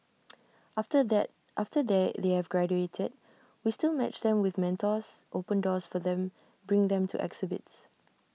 after that after they they have graduated we still match them with mentors open doors for them bring them to exhibits